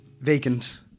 vacant